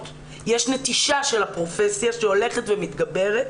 יש נטישה של הפרופסיה שהולכת ומתגברת,